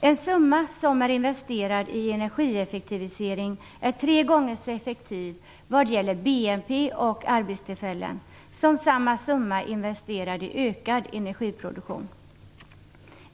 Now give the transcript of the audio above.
En summa som är investerad i energieffektivisering är tre gånger så effektiv vad gäller BNP och arbetstillfällen som samma summa investerad i ökad energiproduktion.